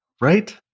Right